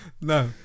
No